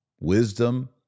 wisdom